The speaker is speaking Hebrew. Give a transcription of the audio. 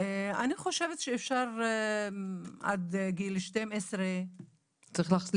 אני חושבת שאפשר עד גיל 12. צריך לתחום.